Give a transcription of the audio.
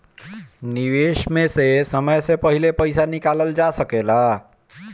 निवेश में से समय से पहले पईसा निकालल जा सेकला?